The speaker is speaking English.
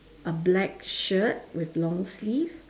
a black shirt with long sleeve